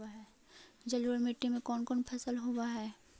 जलोढ़ मट्टी में कोन कोन फसल होब है?